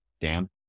Dan